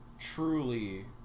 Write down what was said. truly